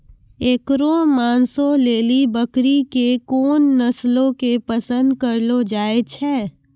एकरो मांसो लेली बकरी के कोन नस्लो के पसंद करलो जाय छै?